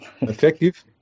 Effective